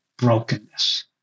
Brokenness